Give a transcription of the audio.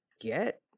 get